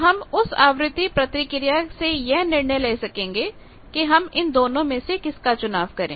तो हम उस आवृत्ति प्रतिक्रिया से यह निर्णय ले सकते हैं कि हम इन दोनों में से किसका चुनाव करें